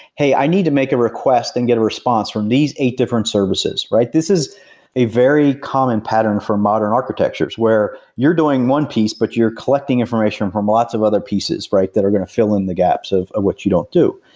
hey, i need to make a request and get a response from these eight different services. this is a very common pattern for modern architectures, where you're doing one piece, but you're collecting information from lots of other pieces that are going to fill in the gaps of what you don't do.